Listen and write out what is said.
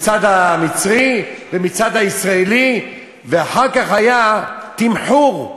מהצד המצרי ומהצד הישראלי, ואחר כך היה תמחור: